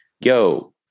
yo